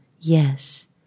yes